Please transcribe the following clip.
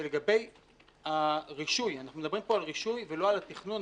שלגבי הרישוי אנחנו מדברים פה על הרישוי ולא על התכנון,